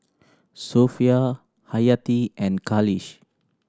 Sofea Hayati and Khalish